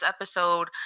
episode